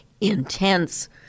intense